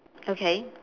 okay